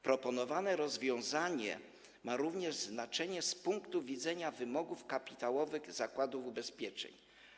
Proponowane rozwiązanie ma również znaczenie z punktu widzenia wymogów kapitałowych zakładów ubezpieczeń.